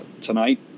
tonight